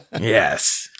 Yes